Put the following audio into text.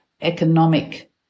economic